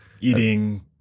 Eating